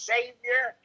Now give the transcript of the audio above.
Savior